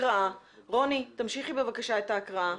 רוני, תמשיכי בבקשה את ההקראה.